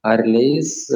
ar leis